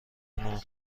نور